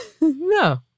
No